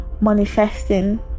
manifesting